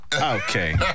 okay